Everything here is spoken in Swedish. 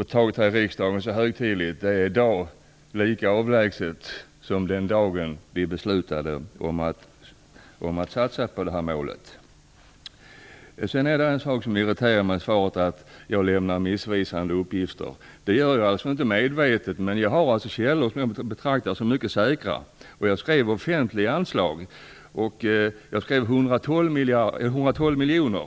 alkoholpolitiken, som så högtidligt har antagits av riksdagen, är i dag lika avlägset som det var den dagen som vi beslutade att satsa på det. Det irriterar mig att statsrådet säger att jag lämnar missvisande uppgifter. Det gör jag inte medvetet. Men jag har källor som jag betraktar som mycket säkra. Jag skrev att IOGT-NTO får offentliga anslag på 112 miljoner.